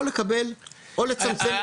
או לצמצם שטח.